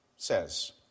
says